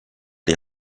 die